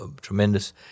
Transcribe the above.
tremendous